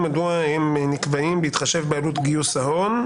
מדוע הן נקבעות בהתחשב בעלות גיוס ההון.